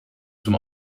zum